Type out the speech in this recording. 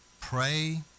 Pray